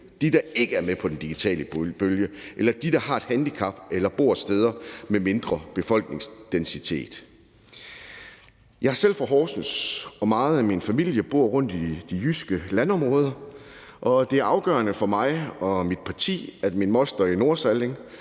dem, der ikke er med på den digitale bølge, eller dem, der har et handicap eller bor steder med mindre befolkningsdensitet. Jeg er selv fra Horsens, og meget af min familie bor rundtomkring i de jyske landområder, og det er afgørende for mig og mit parti, at min moster i Nordsalling